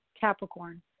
Capricorn